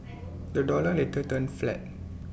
the dollar later turned flat